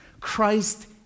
Christ